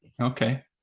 Okay